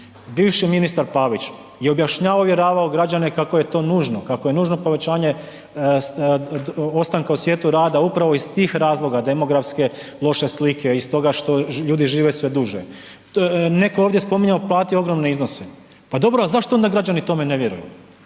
Bivši ministar Pavić je objašnjavao i uvjeravao građane kako je to nužno, kako je nužno povećanje ostanka u svijetu rada upravo iz tih razloga demografske loše slike i stoga što ljudi žive sve duže. Neko je ovdje spominjao platio je ogromne iznose, pa dobro, a zašto onda građani tome ne vjeruju?